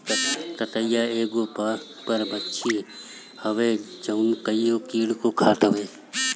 ततैया इ एगो परभक्षी हवे जवन की कईगो कीड़ा के खात हवे